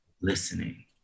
listening